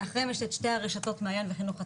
יש את שתי הרשתות מעיין וחינוך עצמאי,